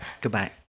Goodbye